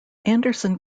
anderson